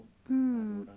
mm